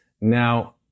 Now